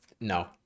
No